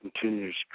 continues